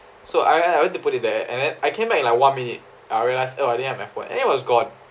so I I I went to put it there and then I came back like in one minute I realize oh I didn't have my phone and it was gone